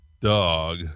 dog